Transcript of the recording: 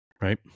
Right